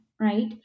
right